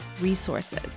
resources